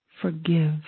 forgive